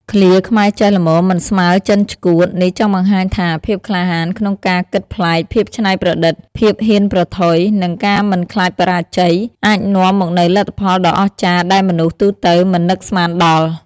ឃ្លា ខ្មែរចេះល្មមមិនស្មេីចិនឆ្កួត នេះចង់បង្ហាញថា ភាពក្លាហានក្នុងការគិតប្លែក ភាពច្នៃប្រឌិត ភាពហ៊ានប្រថុយ និងការមិនខ្លាចបរាជ័យ អាចនាំមកនូវលទ្ធផលដ៏អស្ចារ្យដែលមនុស្សទូទៅមិននឹកស្មានដល់។